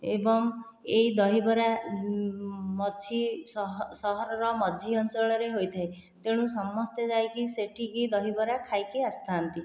ଏବଂ ଏହି ଦହିବରା ମଝି ସହ ସହରର ମଝି ଅଞ୍ଚଳରେ ହୋଇଥାଏ ତେଣୁ ସମସ୍ତେ ଯାଇକି ସେଠିକି ଦହିବରା ଖାଇକି ଆସିଥାନ୍ତି